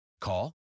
Call